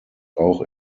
auch